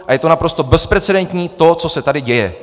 A je naprosto bezprecedentní to, co se tady děje.